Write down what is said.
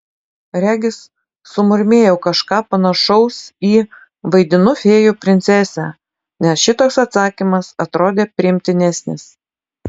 regis sumurmėjau kažką panašaus į vaidinu fėjų princesę nes šitoks atsakymas atrodė priimtinesnis